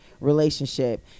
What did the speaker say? relationship